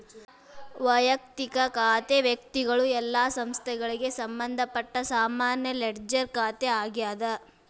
ವಯಕ್ತಿಕ ಖಾತೆ ವ್ಯಕ್ತಿಗಳು ಇಲ್ಲಾ ಸಂಸ್ಥೆಗಳಿಗೆ ಸಂಬಂಧಪಟ್ಟ ಸಾಮಾನ್ಯ ಲೆಡ್ಜರ್ ಖಾತೆ ಆಗ್ಯಾದ